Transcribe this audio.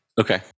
Okay